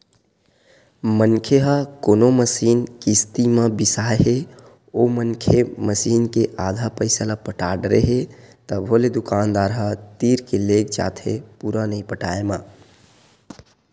मनखे ह कोनो मसीन किस्ती म बिसाय हे ओ मनखे मसीन के आधा पइसा ल पटा डरे हे तभो ले दुकानदार ह तीर के लेग जाथे पुरा नइ पटाय म